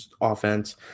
offense